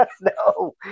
No